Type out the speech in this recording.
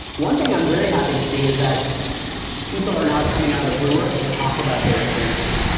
one thing i am very happy to see is that people are now coming out of the woodwork to talk about their experiences,